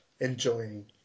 enjoying